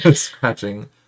scratching